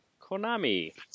Konami